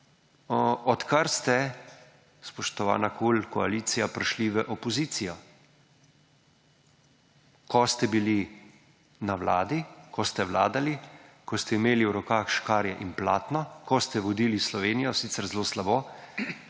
od kar ste, spoštovana KUL koalicija prišli v opozicijo, ko ste bili na Vladi, ko ste vladali, ko ste imeli v rokah škarje in platno, ko ste vodili Slovenijo, sicer zelo slabo,